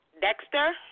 Dexter